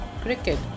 cricket